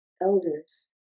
elders